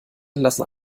lassen